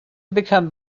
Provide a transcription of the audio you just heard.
become